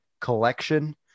collection